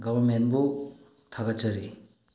ꯒꯣꯚ꯭ꯔꯟꯃꯦꯟꯕꯨ ꯊꯥꯒꯠꯆꯔꯤ